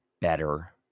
better